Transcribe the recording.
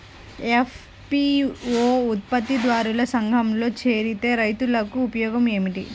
FPO ఉత్పత్తి దారుల సంఘములో చేరితే రైతులకు ఉపయోగము ఏమిటి?